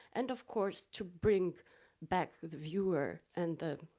and of course to bring back the the viewer and the